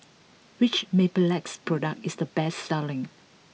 which Mepilex product is the best selling